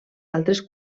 altres